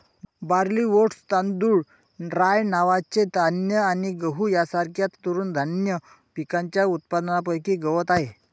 barley, oats, तांदूळ, rye नावाचे धान्य आणि गहू यांसारख्या तृणधान्य पिकांच्या उत्पादनापैकी गवत आहे